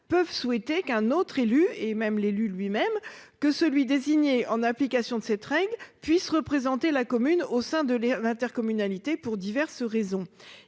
peuvent souhaiter qu'un autre élu et même l'élu lui-même que celui désigné en application de cette règle puisse représenter la commune au sein de l'intercommunalité pour diverses raisons,